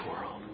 world